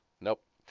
Nope